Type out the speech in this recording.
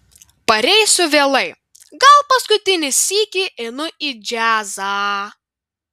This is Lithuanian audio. pareisiu vėlai gal paskutinį sykį einu į džiazą